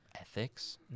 ethics